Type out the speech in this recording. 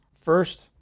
First